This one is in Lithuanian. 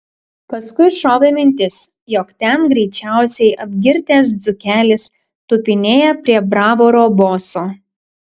paskui šovė mintis jog ten greičiausiai apgirtęs dzūkelis tupinėja prie bravoro boso